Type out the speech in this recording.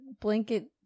blanket